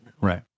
Right